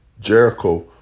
Jericho